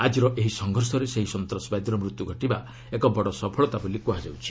ଆଜିର ଏହି ସଂଘର୍ଷରେ ସେହି ସନ୍ତାସବାଦୀର ମୃତ୍ୟୁ ଘଟିବା ଏକ ବଡ଼ ସଫଳତା ବୋଲି କୁହାଯାଉଛି